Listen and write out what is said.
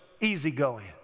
easygoing